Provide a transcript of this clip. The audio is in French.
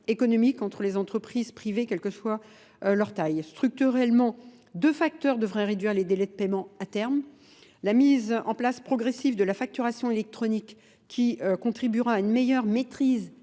économique entre les entreprises privées, quelle que soit leur taille. Structurellement, deux facteurs devraient réduire les délais de paiement à terme. la mise en place progressive de la facturation électronique qui contribuera à une meilleure maîtrise